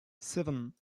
seven